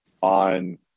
on